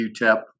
UTEP